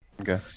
Okay